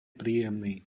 príjemný